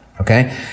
Okay